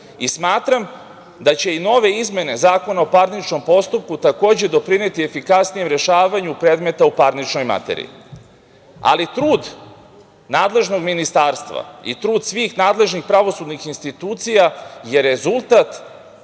Smatram da će i nove izmene Zakona o parničnom postupku takođe doprineti efikasnijem rešavanju predmeta u parničnoj materiji. Ali, trud nadležnog ministarstva i trud svih nadležnih pravosudnih institucija je rezultat